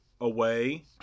away